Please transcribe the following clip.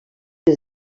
des